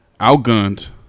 outgunned